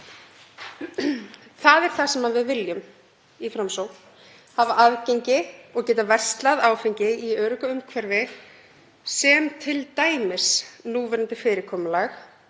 Það er það sem við viljum í Framsókn, hafa aðgengi og geta keypt áfengi í öruggu umhverfi sem t.d. núverandi fyrirkomulag